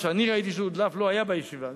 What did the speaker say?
מה שראיתי שהודלף לא היה בישיבה,